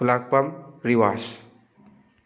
ꯈꯨꯜꯂꯥꯛꯄꯝ ꯔꯤꯋꯥꯁ